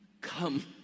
come